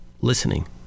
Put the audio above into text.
listening